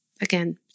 again